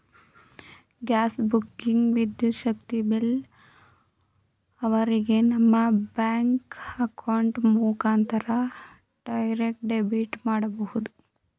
gas booking, ವಿದ್ಯುತ್ ಶಕ್ತಿ bill ಅವರಿಗೆ ನಮ್ಮ ಬ್ಯಾಂಕ್ ಅಕೌಂಟ್ ಮುಖಾಂತರ ಡೈರೆಕ್ಟ್ ಡೆಬಿಟ್ ಮಾಡಬಹುದು